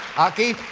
aki?